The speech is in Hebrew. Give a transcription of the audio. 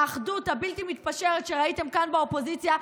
האחדות הבלתי-מתפשרת שראיתם כאן באופוזיציה,